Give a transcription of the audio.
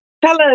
Hello